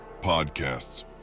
podcasts